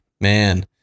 man